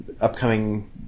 upcoming